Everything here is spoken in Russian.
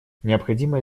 необходимо